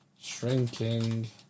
Shrinking